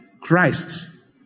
Christ